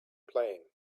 playing